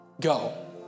Go